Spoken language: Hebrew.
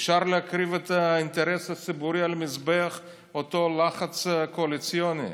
אפשר להקריב את האינטרס הציבורי על מזבח אותו לחץ קואליציוני.